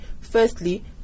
firstly